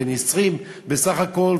בן 20 בסך הכול,